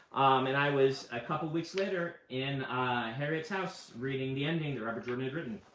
and i was, a couple weeks later, in harriet's house, reading the ending that robert jordan had written.